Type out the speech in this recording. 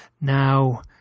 Now